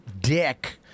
dick